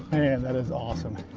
and that is awesome.